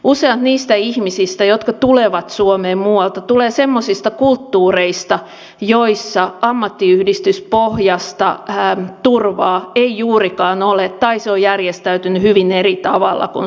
useat niistä ihmisistä jotka tulevat suomeen muualta tulevat semmoisista kulttuureista joissa ammattiyhdistyspohjaista turvaa ei juurikaan ole tai se on järjestäytynyt hyvin eri tavalla kuin suomessa